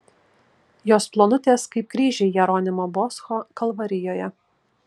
jos plonutės kaip kryžiai jeronimo boscho kalvarijoje